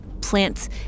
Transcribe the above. plants